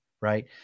right